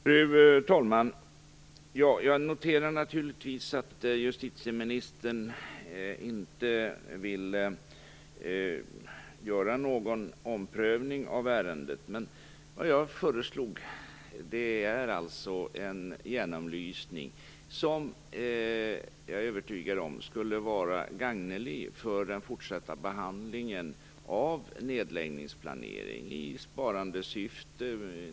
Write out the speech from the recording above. Fru talman! Jag noterar naturligtvis att justitieministern inte vill göra någon omprövning av ärendet. Men det som jag föreslog var en genomlysning som jag är övertygad om skulle vara gagnelig för den fortsatta behandlingen av nedläggningsplanering i sparandesyfte.